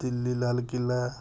Delhi Lal Qila